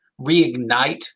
reignite